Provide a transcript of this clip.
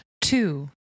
Two